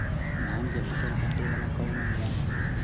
धान के फसल कांटे वाला कवन औजार ह?